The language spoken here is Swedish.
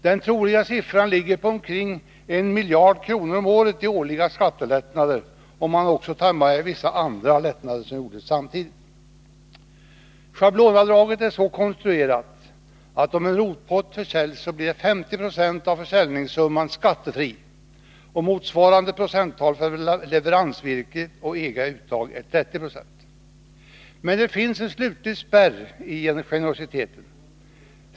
Den troliga siffran är omkring 1 miljard kronor om året i extra skattelättnader, om man också tar med vissa andra lättnader som gjordes samtidigt. Schablonavdraget är så konstruerat att om en rotpost försäljs så blir 50 96 av försäljningssumman skattefri, och motsvarande procenttal för leveransvirke och egna uttag är 30 90. Men det finns en slutlig spärr i generositeten.